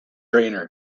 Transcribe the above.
trainer